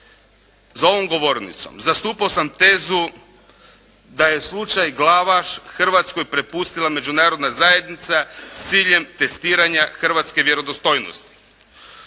za ovom govornicom zastupao sam tezu da je slučaj Glavaš Hrvatskoj prepustila međunarodna zajednica s ciljem testiranja hrvatske vjerodostojnosti.